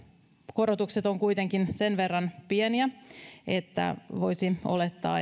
korotukset ovat kuitenkin sen verran pieniä että voisi olettaa